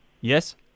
Yes